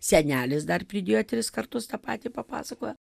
senelis dar pridėjo tris kartus tą patį papasakojo